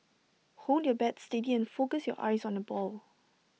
hold your bat steady and focus your eyes on the ball